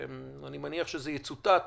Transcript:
אני מניח שזה יצוטט